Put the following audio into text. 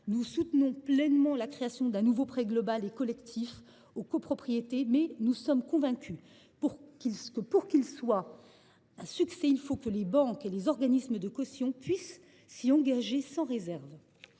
Nous soutenons pleinement la création d’un nouveau prêt global et collectif aux copropriétés, mais nous sommes convaincus que, pour qu’il soit un succès, il faut que les banques et les organismes de caution puissent s’y engager sans réserve.